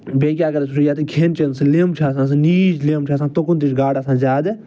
بیٚیہِ کیٛاہ اگر أسۍ وٕچھو یَتٮ۪تھ کھٮ۪ن چٮ۪ن سۭتۍ لٮ۪م چھِ آسان سۄ نیٖج لٮ۪م چھِ آسان تُکُن تہِ چھِ گاڈٕ آسن زیادٕ